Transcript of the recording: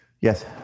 Yes